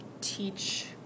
teach